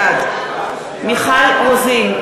בעד מיכל רוזין,